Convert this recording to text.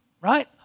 Right